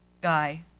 guy